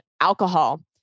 alcohol